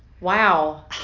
Wow